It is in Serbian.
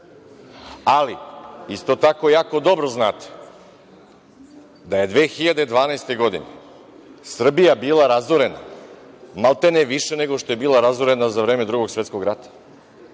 regionu. Isto tako jako dobro znate da je 2012. godine Srbija bila razorena, maltene više nego što je bila razorena za vreme Drugog Svetskog rata,